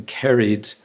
carried